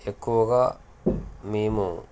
ఎక్కువగా మేము